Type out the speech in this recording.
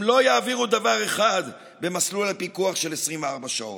הם לא יעבירו דבר אחד במסלול הפיקוח של 24 שעות.